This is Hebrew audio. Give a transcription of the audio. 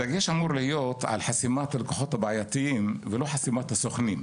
הדגש אמור להיות בחסימת הלקוחות הבעייתיים ולא חסימת הסוכנים.